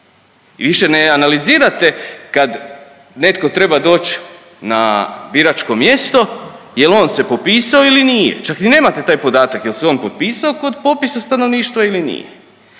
više ne analizirate kad netko treba doći na biračko mjesto jel' on se popisao ili nije, čak ni nemate taj podatak jer se on popisao kod popisa stanovništva ili nije.